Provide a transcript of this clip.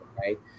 right